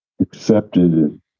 accepted